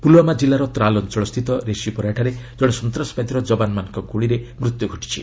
ପୁଲ୍ୱାମା କିଲ୍ଲାର ତ୍ରାଲ୍ ଅଞ୍ଚଳସ୍ଥିତ ରେସିପୋରାଠାରେ ଜଣେ ସନ୍ତାସବାଦୀର ଯବାନମାନଙ୍କ ଗୁଳିରେ ମୃତ୍ୟୁ ଘଟିଛି